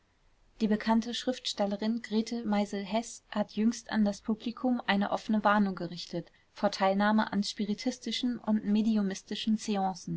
die bekannte schriftstellerin grete meisel-heß hat jüngst an das publikum eine offene warnung gerichtet vor teilnahme an spiritistischen und